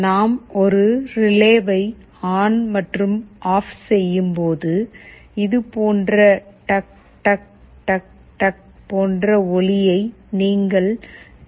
நாம் ஒரு ரிலேவை ஆன் மற்றும் ஆஃப் செய்யும் போது இது போன்ற டக் டக் டக் டக் போன்ற ஒலியை நீங்கள் கேட்கலாம்